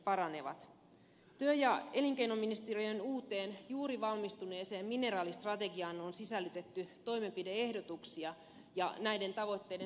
työ ja elinkeinoministeriön uuteen juuri valmistuneeseen mineraalistrategiaan on sisällytetty toimenpide ehdotuksia näiden tavoitteiden saavuttamiseksi